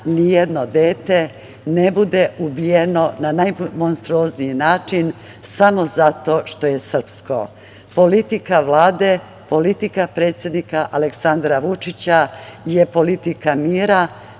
ni jedno dete ne bude ubijeno na najmonstruozniji način, samo zato što je srpsko. Politika Vlade, politika predsednika Aleksandra Vučića, je politika mira,